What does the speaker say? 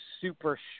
super